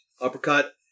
Uppercut